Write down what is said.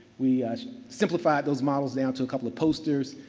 we simplified those models down to a couple of posters.